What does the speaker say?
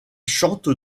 chante